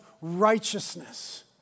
righteousness